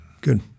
Good